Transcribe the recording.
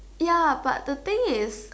ya but the thing is